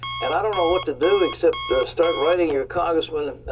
and i don't know what to do except to start writing your congressman.